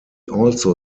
also